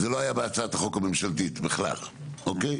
זה לא היה בהצעת החוק הממשלתית בכלל אוקיי?